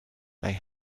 they